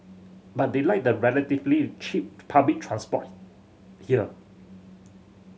but they like the relatively cheap public transport here